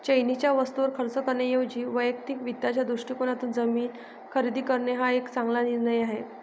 चैनीच्या वस्तूंवर खर्च करण्याऐवजी वैयक्तिक वित्ताच्या दृष्टिकोनातून जमीन खरेदी करणे हा एक चांगला निर्णय आहे